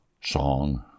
song